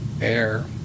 air